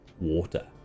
water